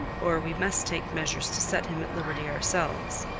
or we must take measures to set him at liberty ourselves.